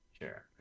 Sure